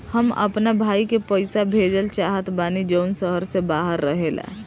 हम अपना भाई के पइसा भेजल चाहत बानी जउन शहर से बाहर रहेला